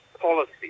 Policy